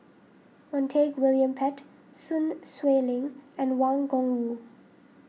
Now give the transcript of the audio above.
Montague William Pett Sun Xueling and Wang Gungwu